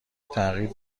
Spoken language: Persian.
تغییر